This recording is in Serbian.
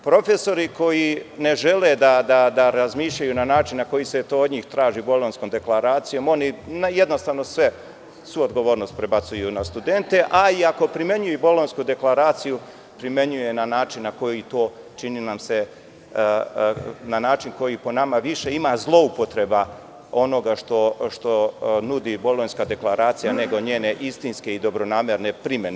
Profesori koji ne žele da razmišljaju na način na koji se to od njih traži Bolonjskom deklaracijom, oni jednostavno svu odgovornost prebacuju na studente, a i ako primenjuju Bolonjsku deklaraciju, primenjuju je na način koji, čini nam se, po nama više ima zloupotreba onoga što nudi Bolonjska deklaracija, nego njene istinske i dobronamerne primene.